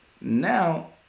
Now